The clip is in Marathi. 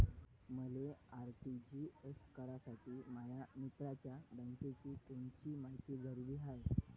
मले आर.टी.जी.एस करासाठी माया मित्राच्या बँकेची कोनची मायती जरुरी हाय?